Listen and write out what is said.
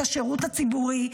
את השירות הציבורי,